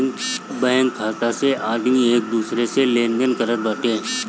bank खाता से आदमी एक दूसरा से लेनदेन करत बाटे